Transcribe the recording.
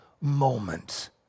moment